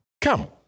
come